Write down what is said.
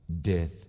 death